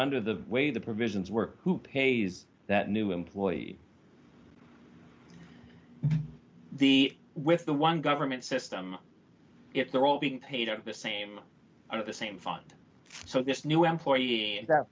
under the way the provisions work who pays that new employee the with the one government system if they're all being paid the same of the same fund so this new employee